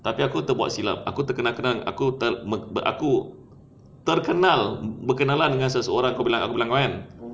tapi aku terbuat silap aku terkenal-kenal aku terke~ aku terkenal kenalan dengan satu seorang aku aku bilang kau kan